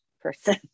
person